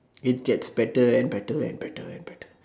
it taste better and better and better and better